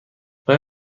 آیا